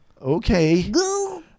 okay